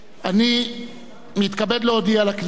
אני מתכבד להודיע לכנסת,